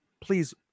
please